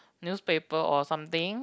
newspaper or something